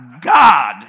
God